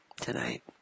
tonight